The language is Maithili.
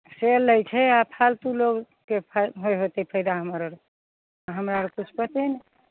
से लै छै आ फालतू लोगके फा होइ होएतै फायदा हमर आर हमरा आर किछु पते नहि